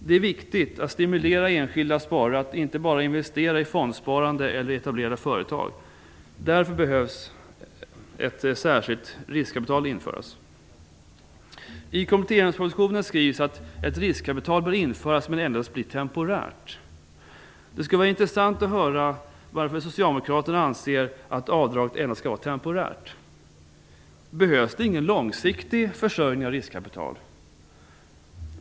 Det är viktigt att stimulera enskilda sparare att inte bara investera i fondsparande eller i etablerade företag. Därför behöver ett särskilt riskkapitalavdrag införas. I kompletteringspropositionen skrivs att ett riskkapitalavdrag bör införas men endast bli "temporärt". Det skulle vara intressant att höra varför Socialdemokraterna anser att avdraget endast skall vara temporärt. Behövs det inte långsiktig försörjning av riskkapital?